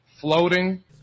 floating